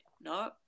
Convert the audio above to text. No